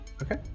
Okay